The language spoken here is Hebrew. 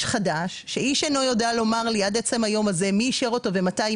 חדש שאיש אינו יודע לומר לי עד עצם היום הזה מי אישר אותו ומתי,